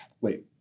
wait